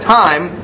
time